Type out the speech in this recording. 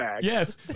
Yes